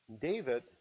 David